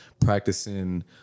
practicing